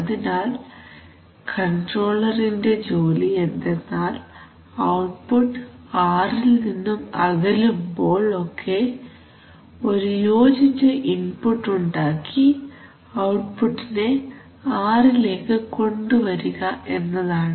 അതിനാൽ കൺട്രോളറിന്റെ ജോലി എന്തെന്നാൽ ഔട്ട്പുട്ട് r ൽ നിന്നും അകലുമ്പോൾ ഒക്കെ ഒരു യോജിച്ച ഇൻപുട്ട് ഉണ്ടാക്കി ഔട്ട്പുട്ടിനെ r ലേക്ക് കൊണ്ടുവരിക എന്നതാണ്